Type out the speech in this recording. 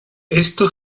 esto